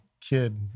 kid